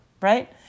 Right